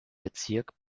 bezirk